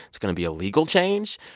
it's going to be a legal change.